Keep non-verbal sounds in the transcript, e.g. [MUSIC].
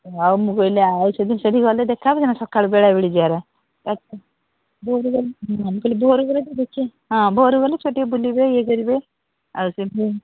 ଆଉ ମୁଁ କହିଲି ଆଉ ସେଠିକି ସେଠି ଗଲେ ଦେଖାହେବନା ସକାଳୁ ବେଳାବେଳି ଯିବାର [UNINTELLIGIBLE] ଭୋର୍ରୁ ଗଲେ [UNINTELLIGIBLE] ମୁଁ କହିଲି ଭୋର୍ରୁ ଗଲେ ତ ନିଶ୍ଚୟ ହଁ ଭୋର୍ରୁ ଗଲେ ସେଇଠି ଟିକିଏ ବୁଲିବେ ଇଏ କରିବେ ଆଉ ସେମିତି